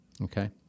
okay